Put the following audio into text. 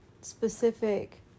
specific